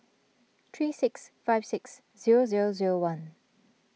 three six five six zero zero zero one